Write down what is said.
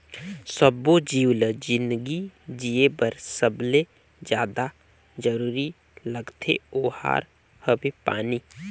सब्बो जीव ल जिनगी जिए बर सबले जादा जरूरी लागथे ओहार हवे पानी